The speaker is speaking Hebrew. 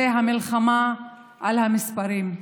זה המלחמה על המספרים.